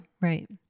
right